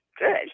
Good